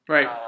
Right